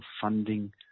funding